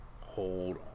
Hold